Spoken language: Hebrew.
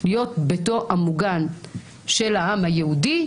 להיות ביתו המוגן של העם היהודי,